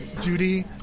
Duty